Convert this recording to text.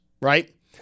right